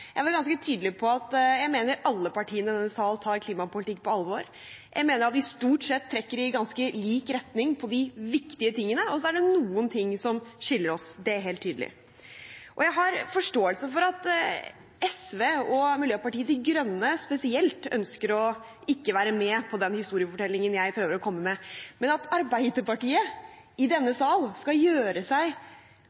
denne sal tar klimapolitikk på alvor. Jeg mener at vi stort sett trekker i ganske lik retning når det gjelder de viktige tingene – og så er det noe som skiller oss, det er helt tydelig. Jeg har forståelse for at SV og spesielt Miljøpartiet De Grønne ikke ønsker å være med på den historiefortellingen jeg prøver å komme med, men at Arbeiderpartiet i denne